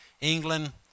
England